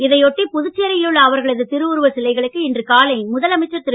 இதையொட்டி புதுச்சேரியிலுள்ள அவர்களது திருவுருவச்சிலைகளுக்கு இன்று காலை முதல் அமைச்சர் திரு